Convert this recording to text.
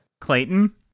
Clayton